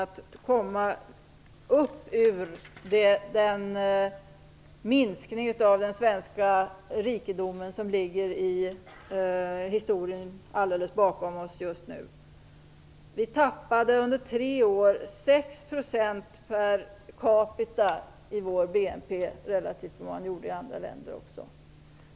Det gäller att komma upp ur minskningen av den svenska rikedom som ligger alldeles bakom oss i historien. Under tre år tappade vi 6 % per capita i vår BNP jämfört med vad man gjorde i andra länder.